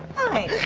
hi,